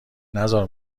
نزار